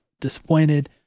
disappointed